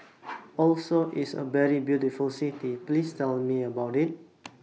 Oslo IS A very beautiful City Please Tell Me about IT